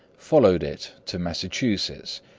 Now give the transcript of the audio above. followed it to massachusetts,